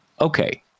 Okay